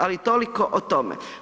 Ali toliko o tome.